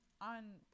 on